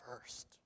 first